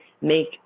make